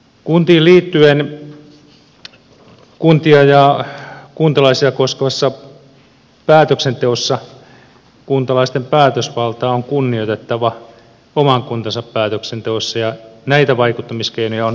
kuntiin liittyen kuntia ja kuntalaisia koskevassa päätöksenteossa kuntalaisten päätösvaltaa on kunnioitettava oman kuntansa päätöksenteossa ja näitä vaikuttamiskeinoja on edelleen kehitettävä